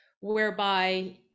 whereby